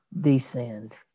descend